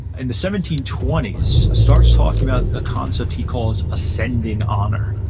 in the seventeen twenty s, starts talking about a concept he calls ascending honor,